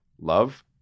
love